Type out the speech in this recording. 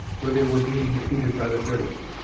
where they were being defeated by the british.